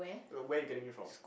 no where you're getting it from